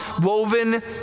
woven